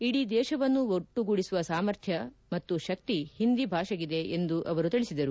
ಇಡೀ ದೇತವನ್ನು ಒಟ್ಟುಗೂಡಿಸುವ ಸಾಮರ್ಥ್ಯ ಮತ್ತು ಶಕ್ತಿ ಹಿಂದಿ ಭಾಷೆಗಿದೆ ಎಂದು ತಿಳಿಸಿದರು